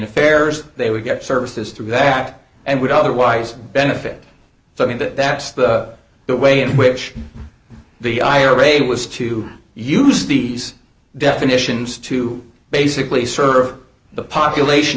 affairs they would get services through that and would otherwise benefit so i think that that's the way in which the ira was to use these definitions to basically serve the population